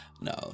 No